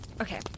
Okay